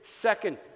second